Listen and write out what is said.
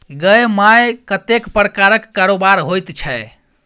गै माय कतेक प्रकारक कारोबार होइत छै